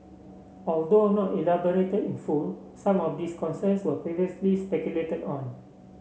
although not elaborated in full some of these concerns were previously speculated on